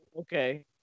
okay